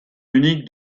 unique